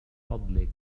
فضلك